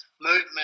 Movement